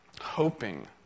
hoping